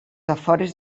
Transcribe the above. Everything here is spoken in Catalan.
afores